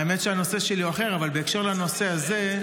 האמת היא שהנושא שלי הוא אחר אבל בהקשר לנושא הזה,